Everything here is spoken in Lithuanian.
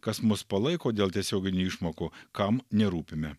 kas mus palaiko dėl tiesioginių išmokų kam nerūpime